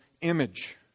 image